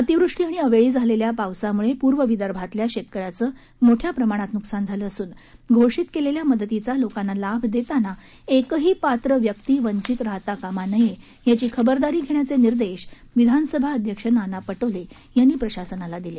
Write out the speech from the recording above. अतिवृष्टी आणि अवेळी आलेल्या पावसामुळे पूर्व विदर्भातल्या शेतकऱ्यांचं मोठया प्रमाणात नुकसान झालं असून घोषित केलेल्या मदतीचा लोकांना लाभ देताना एकही पात्र व्यक्ती वंचित राहता कामा नये याची खबरदारी घेण्याचे निर्देश विधानसभा अध्यक्ष नाना पटोले यांनी प्रशासनाला दिले